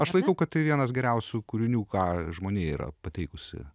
aš laikau kad tai vienas geriausių kūrinių ką žmonija yra pateikusi